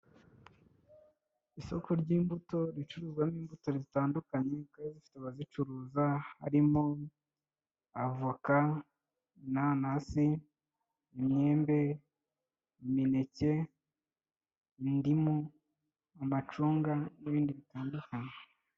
Isoko ry'imbuto, ricuruzwamo imbuto zitandukanye kandi zifite abazicuruza, harimo avoka, nanasi, imyembe, imineke, indimu, amacunga n'ibindi bitandukanye.